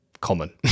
common